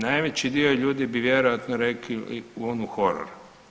Najveći dio ljudi bi vjerojatno rekli u onu horor.